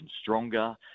stronger